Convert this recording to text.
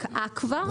פקעה כבר.